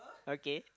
okay